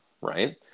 right